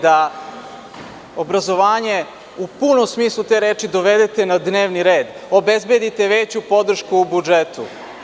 Da obrazovanje u punom smislu te reči dovedete na dnevni red, da obezbedite veću podršku u budžetu.